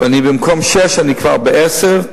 ובמקום שישה אני כבר בעשרה,